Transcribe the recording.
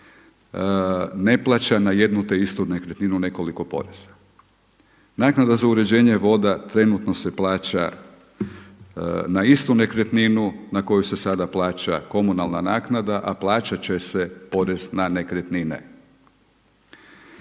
ne plaća na jednu te istu nekretninu nekoliko poreza. Naknada za uređenje voda trenutno se plaća na istu nekretninu na koju se sada plaća komunalna naknada, a plaćat će se porez na nekretnine.